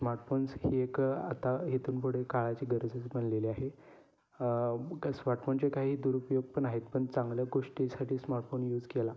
smartphones ही एक आता इथून पुढे काळाची गरजच बनलेली आहे स्मार्टफोनचे काही दुरुपयोग पण आहेत पण चांगल्या गोष्टीसाठी स्मार्टफोन यूज केला